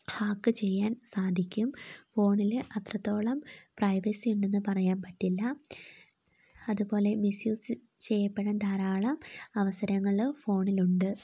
hack ചെയ്യാൻ സാധിക്കും ഫോണിൽ അത്രത്തോളം പ്രൈവസി ഉണ്ടെന്ന് പറയാൻ പറ്റില്ല അതുപോലെ മിസ്യൂസ് ചെയ്യപ്പെടാൻ ധാരാളം അവസരങ്ങൾ ഫോണിലുണ്ട്